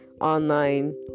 online